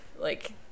Like-